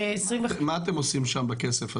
מה אתם עושים שם בכסף?